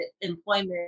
employment